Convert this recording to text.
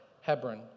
Hebron